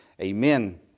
Amen